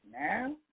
Now